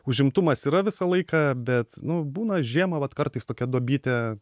užimtumas yra visą laiką bet nu būna žiemą vat kartais tokia duobytė